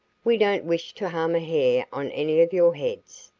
we don't wish to harm a hair on any of your heads.